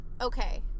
okay